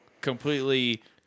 completely